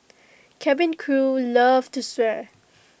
cabin crew love to swear